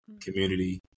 community